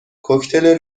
کوکتل